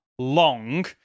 long